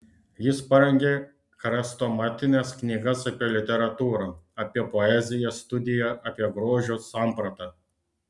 jis parengė chrestomatines knygas apie literatūrą apie poeziją studiją apie grožio sampratą